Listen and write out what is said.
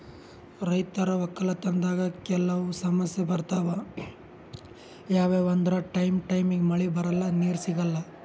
ರೈತರ್ ವಕ್ಕಲತನ್ದಾಗ್ ಕೆಲವ್ ಸಮಸ್ಯ ಬರ್ತವ್ ಯಾವ್ಯಾವ್ ಅಂದ್ರ ಟೈಮ್ ಟೈಮಿಗ್ ಮಳಿ ಬರಲ್ಲಾ ನೀರ್ ಸಿಗಲ್ಲಾ